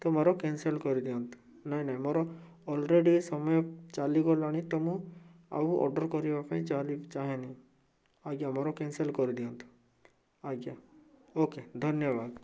ତ ମୋର କ୍ୟାନସଲ୍ କରିଦିଅନ୍ତୁ ନାଇଁ ନାଇଁ ମୋର ଅଲରେଡ଼ି ସମୟ ଚାଲିଗଲାଣି ତ ମୁଁ ଆଉ ଅର୍ଡ଼ର୍ କରିବାପାଇଁ ଯାହାହେଲେ ବି ଚାହେଁନି ଆଜ୍ଞା ମୋର କ୍ୟାନସଲ୍ କରିଦିଅନ୍ତୁ ଆଜ୍ଞା ଓ କେ ଧନ୍ୟବାଦ